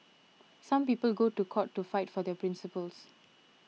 some people go to court to fight for their principles